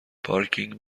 پارکینگ